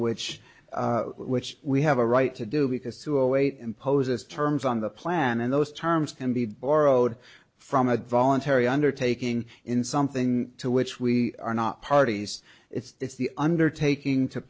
which which we have a right to do because to await imposes terms on the plan and those terms and be borrowed from a voluntary undertaking in something to which we are not parties it's the undertaking to